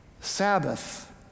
Sabbath